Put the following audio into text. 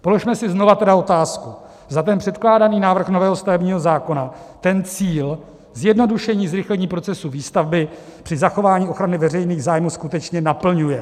Položme si znovu tedy otázku, zda ten předkládaný návrh nového stavebního zákona ten cíl, zjednodušení, zrychlení procesu výstavby při zachování ochrany veřejných zájmů skutečně naplňuje.